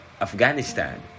Afghanistan